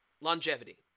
longevity